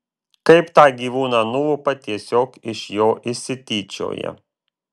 kaip tą gyvūną nulupa tiesiog iš jo išsityčioja